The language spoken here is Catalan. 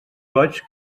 goig